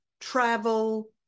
travel